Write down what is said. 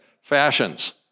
fashions